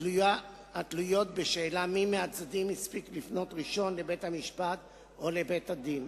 התלויות בשאלה מי מהצדדים הספיק לפנות ראשון לבית-המשפט או לבית-הדין.